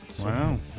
Wow